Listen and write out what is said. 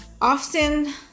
Often